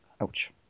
Ouch